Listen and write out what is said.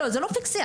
לא, זה לא פיקציה.